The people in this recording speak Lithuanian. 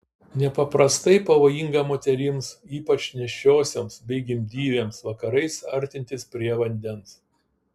nepaprastai pavojinga moterims ypač nėščiosioms bei gimdyvėms vakarais artintis prie vandens